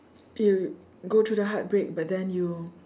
you go through the heartbreak but then you